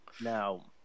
now